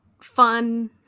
fun